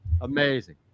Amazing